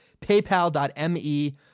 paypal.me